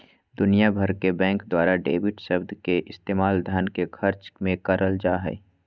दुनिया भर के बैंक द्वारा डेबिट शब्द के इस्तेमाल धन के खर्च मे करल जा हय